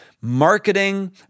marketing